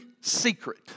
secret